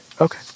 Okay